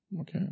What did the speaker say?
Okay